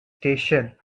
station